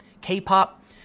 K-pop